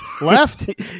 Left